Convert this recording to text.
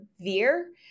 veer